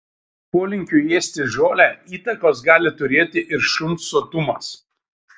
polinkiui ėsti žolę įtakos gali turėti ir šuns sotumas